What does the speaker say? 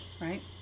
right